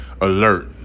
alert